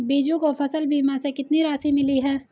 बीजू को फसल बीमा से कितनी राशि मिली है?